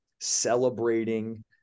celebrating